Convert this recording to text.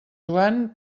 joan